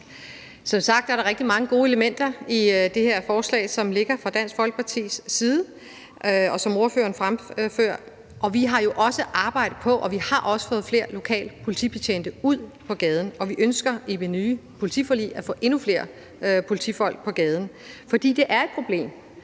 Som sagt er der rigtig mange gode elementer i det her forslag fra Dansk Folkeparti, som ordføreren fremfører. Og vi har jo også arbejdet på at få flere lokale politibetjente ud på gaden, og det har vi også fået, og vi ønsker i det nye politiforlig at få endnu flere politifolk på gaden. For det er et problem,